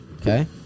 Okay